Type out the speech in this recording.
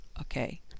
okay